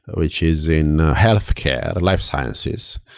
which is in healthcare, life sciences.